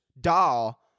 doll